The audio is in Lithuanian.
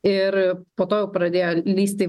ir po to pradėjo lįsti